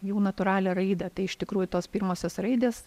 jų natūralią raidą tai iš tikrųjų tos pirmosios raidės